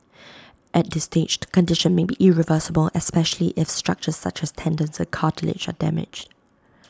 at this stage the condition may be irreversible especially if structures such as tendons and cartilage are damaged